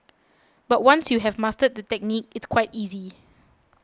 but once you have mastered the technique it's quite easy